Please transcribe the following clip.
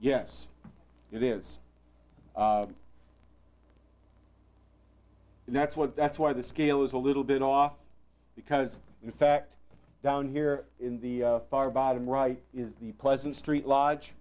yes it is and that's what that's why the scale is a little bit off because in fact down here in the bottom right is the pleasant street lodge